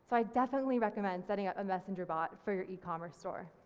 so i definitely recommend setting up a messenger bot for your ecommerce store.